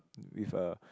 with a